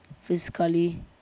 physically